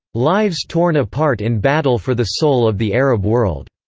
lives torn apart in battle for the soul of the arab world.